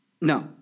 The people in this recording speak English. No